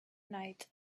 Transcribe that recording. night